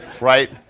right